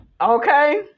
okay